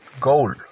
goal